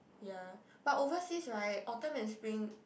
ya but overseas right autumn and spring